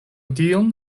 dion